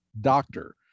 doctor